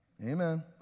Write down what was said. Amen